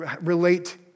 relate